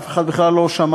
אף אחד בכלל לא שמע,